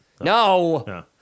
No